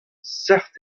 seurt